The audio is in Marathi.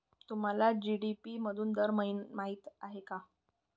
तुम्हाला जी.डी.पी मधून दर माहित आहे का?